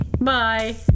Bye